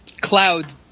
Cloud